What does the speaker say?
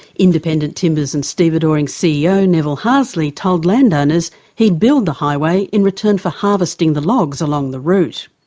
independent timbers and stevedoring ceo, neville harsley, told landowners he'd build the highway in return for harvesting the logs along the route.